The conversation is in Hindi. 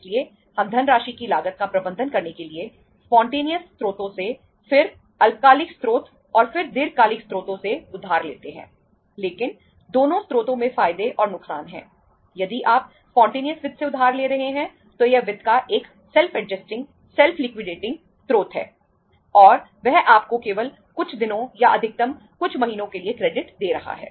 इसलिए हम धनराशि की लागत का प्रबंधन करने के लिए स्पॉन्टेनियस स्रोत है और वह आपको केवल कुछ दिनों या अधिकतम कुछ महीनों के लिए क्रेडिट दे रहा है